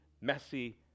messy